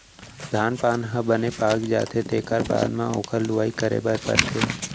धान पान ह बने पाक जाथे तेखर बाद म ओखर लुवई करे बर परथे